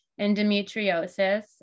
endometriosis